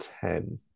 ten